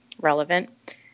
relevant